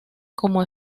como